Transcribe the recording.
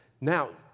Now